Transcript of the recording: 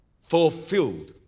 Fulfilled